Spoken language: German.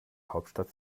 hauptstadt